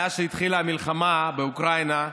מאז שהתחילה המלחמה באוקראינה,